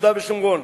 יהודה ושומרון,